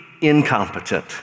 incompetent